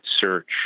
search